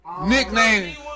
Nickname